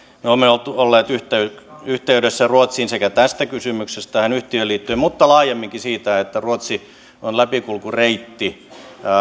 me olemme olleet olleet yhteydessä yhteydessä ruotsiin sekä tästä kysymyksestä tähän yhtiöön liittyen että laajemminkin siitä että ruotsi on läpikulkureitti